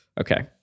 Okay